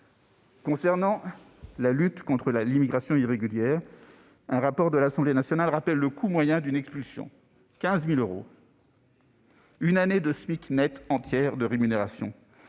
Concernant la lutte contre l'immigration irrégulière, un rapport de l'Assemblée nationale rappelle le coût moyen d'une expulsion, à savoir 15 000 euros, soit une année de SMIC net. Dès lors, pourquoi